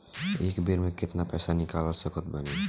एक बेर मे केतना पैसा निकाल सकत बानी?